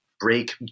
break